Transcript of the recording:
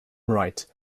wright